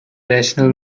rational